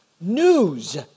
News